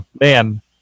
man